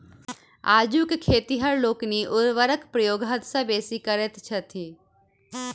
आजुक खेतिहर लोकनि उर्वरकक प्रयोग हद सॅ बेसी करैत छथि